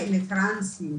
ולטרנסים,